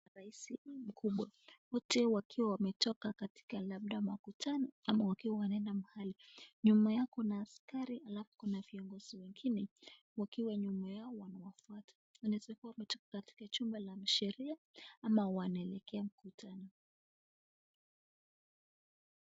Wote wakiwa wametoka labda kwa mkutano, ama labda wakiwa wanaenda mahali, nyuma yao kuna askari alafu kuna viongozi wengine wakiwa nyuma yao wanawafwata , wanaweza kuwa wametoka kwenye jumba la wanasheria ama wanaelekea mkutano,